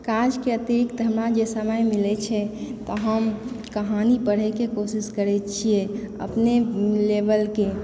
काजके अतिरिक्त हमरा जे समय मिलय छै तऽ हम कहानी पढ़यके कोशिश करय छियै अपने लेबलके